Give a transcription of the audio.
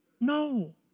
No